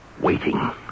waiting